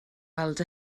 weld